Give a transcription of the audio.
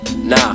Nah